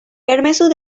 permesu